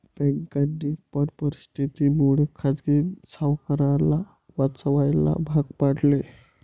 बँकांनी पण परिस्थिती मुळे खाजगी सावकाराला वाचवायला भाग पाडले